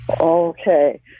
Okay